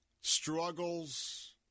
struggles